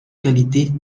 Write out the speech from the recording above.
qualité